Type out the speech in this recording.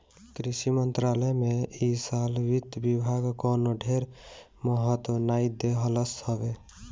कृषि मंत्रालय के इ साल वित्त विभाग कवनो ढेर महत्व नाइ देहलस हवे